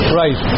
right